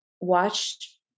watch